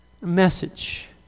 message